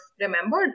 remembered